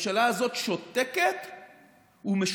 הממשלה הזאת שותקת ומשותקת.